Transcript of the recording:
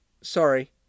Sorry